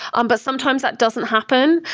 um but sometimes, that doesn't happen.